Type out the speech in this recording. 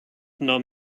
nahm